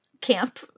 camp